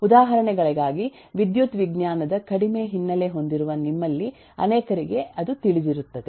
ಉದಾಹರಣೆಗಳಿಗಾಗಿ ವಿದ್ಯುತ್ ವಿಜ್ಞಾನದ ಕಡಿಮೆ ಹಿನ್ನೆಲೆ ಹೊಂದಿರುವ ನಿಮ್ಮಲ್ಲಿ ಅನೇಕರಿಗೆ ಅದು ತಿಳಿದಿರುತ್ತದೆ